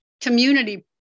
community